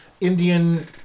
indian